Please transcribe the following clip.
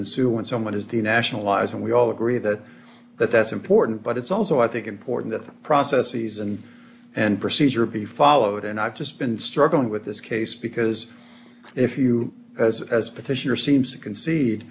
ensue when someone has the nationalize and we all agree that that that's important but it's also i think important to the process season and procedure be followed and i've just been struggling with this case because if you as as petitioner seems to concede